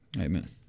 amen